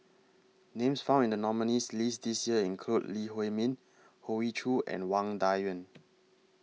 Names found in The nominees' list This Year include Lee Huei Min Hoey Choo and Wang DA Yuan